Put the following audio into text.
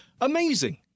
amazing